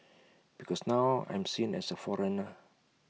because now I'm seen as A foreigner